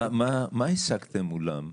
מה השגתם מולם?